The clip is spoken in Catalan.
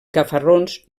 gafarrons